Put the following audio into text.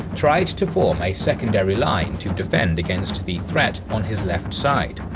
tries to form a secondary line to defend against the threat on his left side.